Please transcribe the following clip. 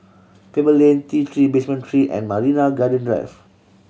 Pebble Lane T Three Basement Three and Marina Garden Drive